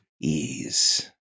Ease